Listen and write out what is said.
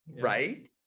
right